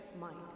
mind